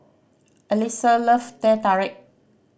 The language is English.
Alisa love Teh Tarik